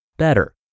Better